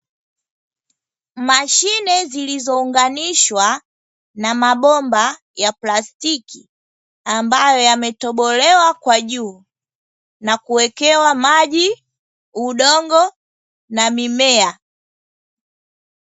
Mashine zilizounganishwa na mabomba ya plastiki, ambayo yametobolewa kwa juu na kuwekewa maji, udongo, na mimea.